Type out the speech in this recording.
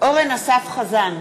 אורן אסף חזן,